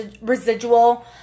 residual